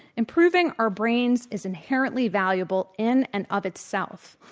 improving our brains is inherently valuable in and of itself.